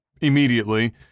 immediately